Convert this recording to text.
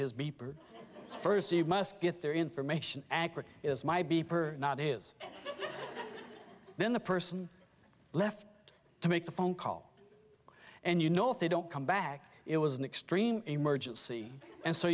his beeper first so you must get their information is my beeper not is then the person left to make the phone call and you know if they don't come back it was an extreme emergency and so